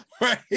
right